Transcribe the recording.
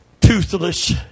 toothless